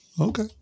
Okay